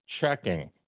checking